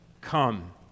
Come